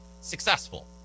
Successful